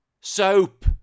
Soap